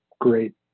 great